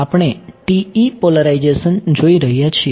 આપણે TE polarisation જોઈ રહ્યા છીએ